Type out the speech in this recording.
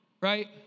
Right